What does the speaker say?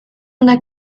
una